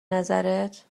نظرت